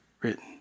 written